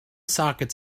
sockets